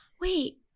wait